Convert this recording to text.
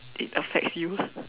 it affects you